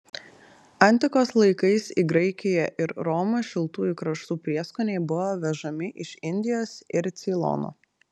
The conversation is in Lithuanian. antikos laikais į graikiją ir romą šiltųjų kraštų prieskoniai buvo vežami iš indijos ir ceilono